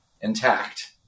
intact